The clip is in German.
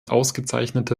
ausgezeichnete